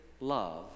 love